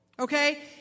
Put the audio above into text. Okay